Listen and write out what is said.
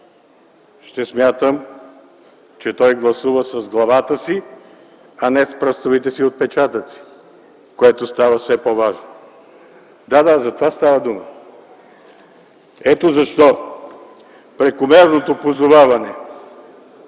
ще смятам, че той гласува с главата си, а не с пръстовите си отпечатъци, което става все по-важно. Ето защо прекомерното позоваване